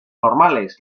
normales